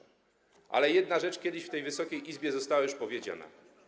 Ale jedna rzecz kiedyś w tej Wysokiej Izbie została powiedziana.